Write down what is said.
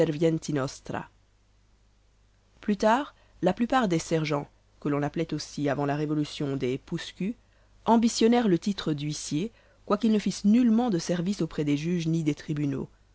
plus tard la plupart des sergens que l'on appelait aussi avant la révolution des pousse culs ambitionnèrent le titre d'huissier quoiqu'ils ne fissent nullement de service auprès des juges ni des tribunaux